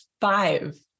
five